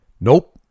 Nope